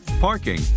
parking